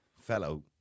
fellow